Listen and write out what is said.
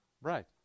Right